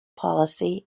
policy